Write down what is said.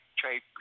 trade